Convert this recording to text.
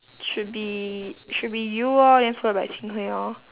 should be should be you lor then followed by jing hui lor